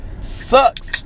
sucks